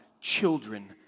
children